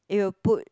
you put